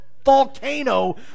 Volcano